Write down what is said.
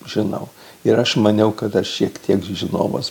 žinau ir aš maniau kad aš šiek tiek žinovas